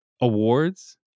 awards